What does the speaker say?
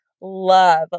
love